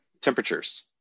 temperatures